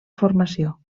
formació